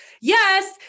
Yes